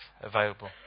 available